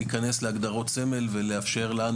להיכנס להגדרות סמל ולאפשר לנו,